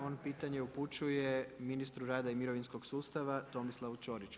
On pitanje upućuje ministru rada i mirovinskog sustava Tomislavu Ćoriću.